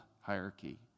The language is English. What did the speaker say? hierarchy